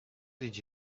did